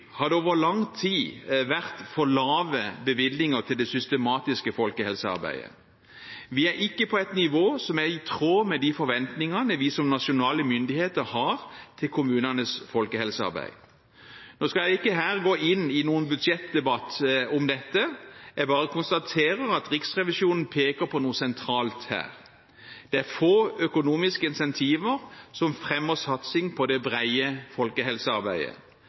har det over lang vært for lave bevilgninger til det systematiske folkehelsearbeidet. Vi er ikke på et nivå som er i tråd med de forventningene vi som nasjonale myndigheter har til kommunenes folkehelsearbeid. Jeg skal ikke her og nå gå inn i en budsjettdebatt om dette. Jeg bare konstaterer at Riksrevisjonen peker på noe sentralt her. Det er få økonomiske incentiver som fremmer satsing på det brede folkehelsearbeidet.